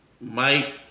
Mike